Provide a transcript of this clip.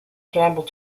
campbell